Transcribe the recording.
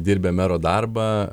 dirbę mero darbą